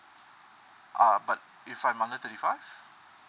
err but if I'm under thirty five